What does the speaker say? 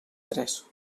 tres